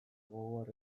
gogor